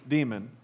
Demon